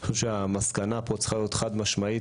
אני חושב שהמסקנה כאן צריכה להיות חד משמעית